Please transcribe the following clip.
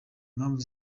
mpamvu